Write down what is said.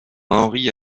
henri